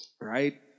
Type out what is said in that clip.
right